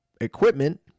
equipment